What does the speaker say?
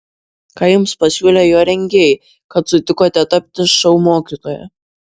ką jums pasiūlė jo rengėjai kad sutikote tapti šou mokytoja